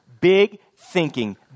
big-thinking